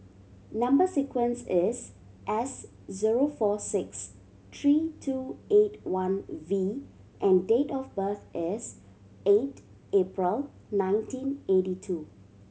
number sequence is S zero four six three two eight one V and date of birth is eight April nineteen eighty two